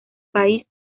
país